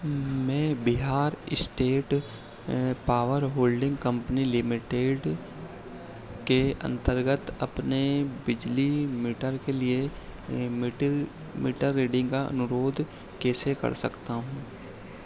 मैं Bihar state power holding company limited के अन्तर्गत अपने बिजली मीटर के लिए मीटर मीटर रीडिन्ग का अनुरोध कैसे कर सकता हूँ